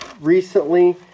recently